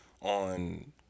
on